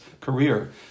career